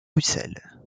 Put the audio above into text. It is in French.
russell